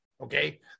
Okay